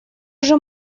уже